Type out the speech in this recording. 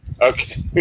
Okay